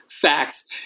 facts